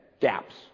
Gaps